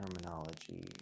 Terminology